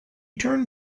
turned